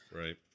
right